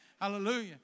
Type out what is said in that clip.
Hallelujah